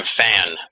fan